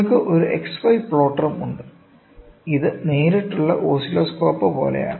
നിങ്ങൾക്ക് ഒരു X Y പ്ലോട്ടറും ഉണ്ട് ഇത് നേരിട്ടുള്ള ഓസിലോസ്കോപ്പ് പോലെയാണ്